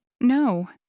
No